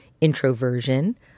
introversion